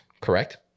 correct